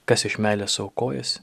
kas iš meilės aukojasi